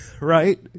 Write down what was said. right